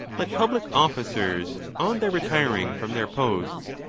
let public officers, on their retir ing from their posts,